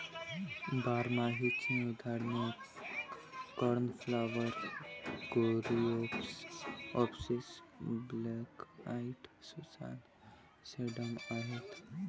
बारमाहीची उदाहरणे cornflower, coreopsis, black eyed Susan, sedum आहेत